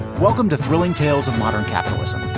welcome to thrilling tales of modern capitalism.